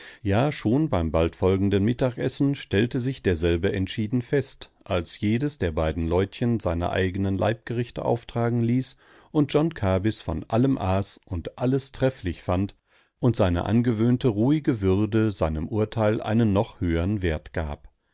ja schon beim bald folgenden mittagessen stellte sich derselbe entschieden fest als jedes der beiden leutchen seine eigenen leibgerichte auftragen ließ und john kabys von allem aß und alles trefflich fand und seine angewöhnte ruhige würde seinem urteil einen noch höheren wert gab